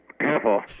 Careful